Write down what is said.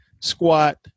squat